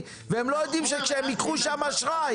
למה זה נכנס לתוקף רק ביוני,